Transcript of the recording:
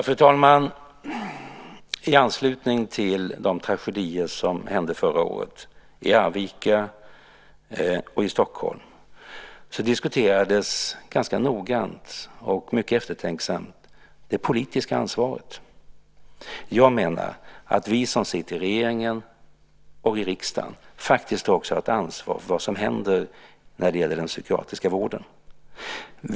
Fru talman! I anslutning till de tragedier som hände förra året i Arvika och i Stockholm diskuterades det politiska ansvaret ganska noggrant och mycket eftertänksamt. Jag menar att vi som sitter i regeringen och i riksdagen faktiskt också har ett ansvar för vad som händer inom den psykiatriska vården.